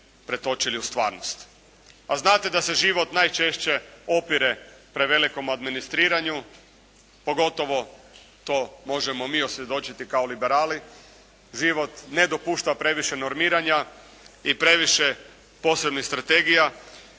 A znate da se život najčešće opire prevelikom administriranju pogotovo to možemo mi osvjedočiti kao liberali. Život ne dopušta previše normiranja i previše posebnih strategija